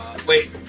Wait